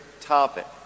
topic